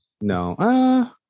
No